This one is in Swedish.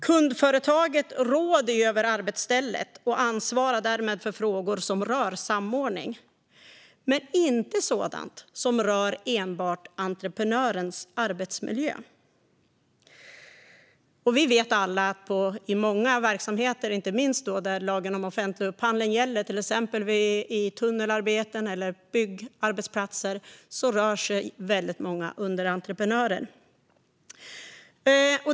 Kundföretaget råder över arbetsstället och ansvarar därmed för frågor som rör samordning, men inte sådant som enbart rör entreprenörens arbetsmiljö. Vi alla vet att inom många verksamheter, inte minst där lagen om offentlig upphandling gäller, såsom vid tunnelarbeten eller byggarbetsplatser, rör sig väldigt många underentreprenörer.